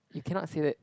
you cannot say that